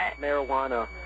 marijuana